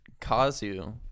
Kazu